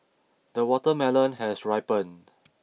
the watermelon has ripened